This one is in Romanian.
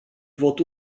vot